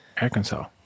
Arkansas